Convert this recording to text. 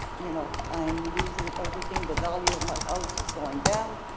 you know, i'm losing everything, the value of my house is going down,